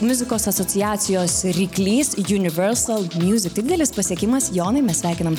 muzikos asociacijos ryklys universal music tai didelis pasiekimas jonai mes sveikinam